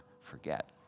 forget